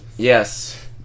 Yes